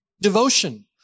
devotion